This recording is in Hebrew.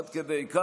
עד כדי כך